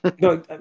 no